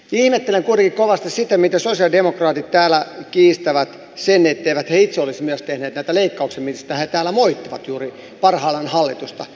ihmettelen kuitenkin kovasti sitä miten sosialidemokraatit täällä kiistävät sen etteivät he itse olisi myös tehneet näitä leikkauksia joista he täällä moittivat juuri parhaillaan hallitusta